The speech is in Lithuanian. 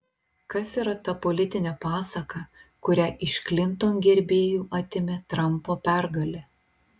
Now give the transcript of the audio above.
kas yra ta politinė pasaka kurią iš klinton gerbėjų atėmė trampo pergalė